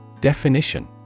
Definition